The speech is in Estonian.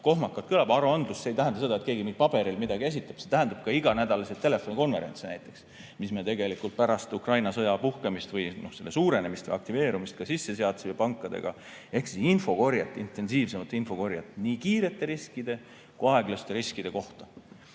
kohmakalt, aga see ei tähenda seda, et keegi paberil midagi esitab, see tähendab ka näiteks iganädalasi telefonikonverentse, mis me tegelikult pärast Ukraina sõja puhkemist või selle suurenemist, aktiveerumist ka sisse seadsime pankadega, ehk infokorjet, intensiivsemat infokorjet nii kiirete riskide kui ka aeglaste riskide kohta.